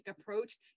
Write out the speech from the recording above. approach